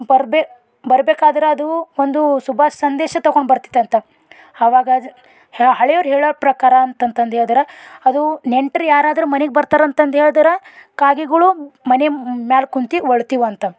ಬರ್ಬೇ ಬರ್ಬೇಕಾದ್ರದು ಒಂದು ಶುಭ ಸಂದೇಶ ತಗೊಂಬರ್ತಿತ್ತಂತ ಆವಾಗ ಹೆಳ್ ಹಳೆಯೋರು ಹೇಳೋ ಪ್ರಕಾರ ಅಂತಂತಂದು ಹೇಳದ್ರೆ ಅದು ನೆಂಟ್ರು ಯಾರಾದರೂ ಮನಿಗೆ ಬರ್ತಾರಂತಂದು ಹೇಳದ್ರೆ ಕಾಗೆಗಳು ಮನೆ ಮ್ಯಾಲೆ ಕುಂತು ಅಳ್ತಿವ ಅಂತ